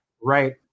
right –